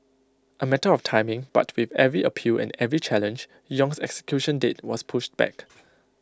A matter of timing but with every appeal and every challenge Yong's execution date was pushed back